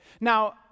Now